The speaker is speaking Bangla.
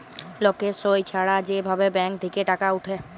লকের সই ছাড়া যে ভাবে ব্যাঙ্ক থেক্যে টাকা উঠে